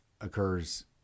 occurs –